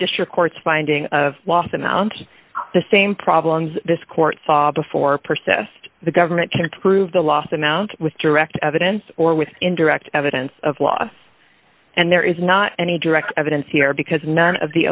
district court's finding of loss amount the same problems this court saw before persist the government can prove the last amount with direct evidence or with indirect evidence of loss and there is not any direct evidence here because none of the